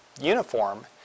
uniform